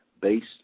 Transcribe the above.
based